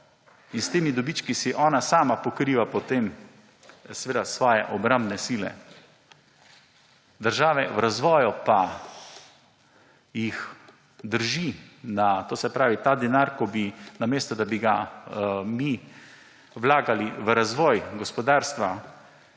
in s temi dobički si ona sama pokriva potem, seveda, svoje obrambne sile. Države v razvoju pa jih drži na … To se pravi, ta denar, namesto da bi ga mi vlagali v razvoj gospodarstva